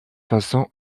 façon